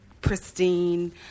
pristine